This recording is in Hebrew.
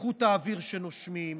איכות האוויר שנושמים,